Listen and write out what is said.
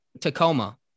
Tacoma